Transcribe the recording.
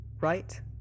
right